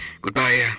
Goodbye